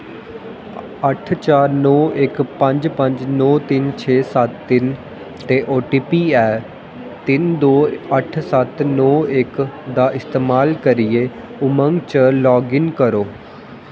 अट्ठ चार नौ इक पंज पंज नौ तिन्न छे सत्त तिन्न ते ओ टी पी ऐ तिन्न दो अट्ठ सत्त नौ इक दा इस्तेमाल करियै उमंग च लाग इन करो